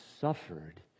suffered